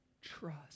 trust